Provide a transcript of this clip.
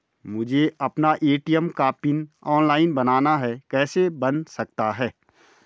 मुझे अपना ए.टी.एम का पिन ऑनलाइन बनाना है कैसे बन सकता है?